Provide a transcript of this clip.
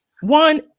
One